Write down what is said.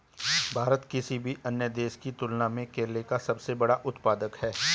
भारत किसी भी अन्य देश की तुलना में केले का सबसे बड़ा उत्पादक है